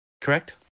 Correct